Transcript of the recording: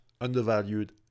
undervalued